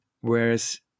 Whereas